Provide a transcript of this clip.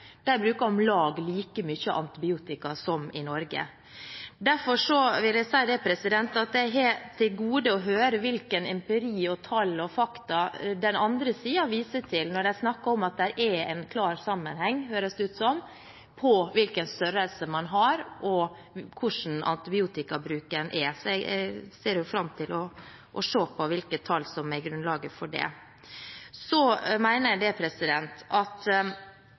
om lag like mye antibiotika som i Norge. Derfor vil jeg si at jeg har til gode å høre hvilken empiri og tall og fakta den andre siden viser til når de snakker om at det er en klar sammenheng, høres det ut som, mellom størrelsen på besetningen og hvordan antibiotikabruken er. Jeg ser fram til å se på hvilke tall som er grunnlaget for det. Så mener jeg at det er viktig å si at